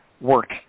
work